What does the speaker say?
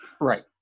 Right